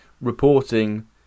reporting